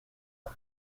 las